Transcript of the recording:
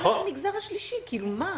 המגזר השלישי, כאילו מה?